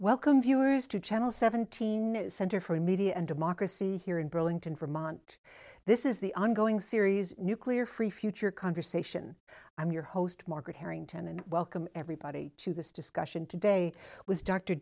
welcome viewers to channel seventeen center for media and democracy here in burlington vermont this is the ongoing series nuclear free future conversation i'm your host margaret harrington and welcome everybody to this discussion today w